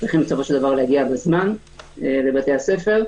צריכים להגיע בזמן לבתי הספר.